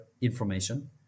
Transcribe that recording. information